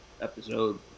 episode